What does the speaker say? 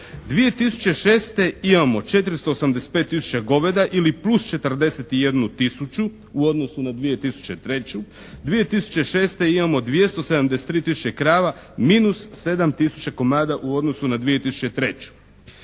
2006. imamo 485 tisuća goveda ili plus 41 tisuću u odnosu na 2003. 2006. imamo 273 tisuće krava minus 7 tisuća komada u odnosu na 2003.